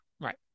right